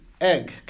egg